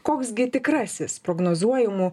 koks gi tikrasis prognozuojamų